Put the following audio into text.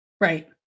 Right